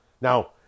now